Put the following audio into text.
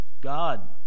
God